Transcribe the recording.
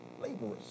laborers